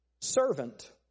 servant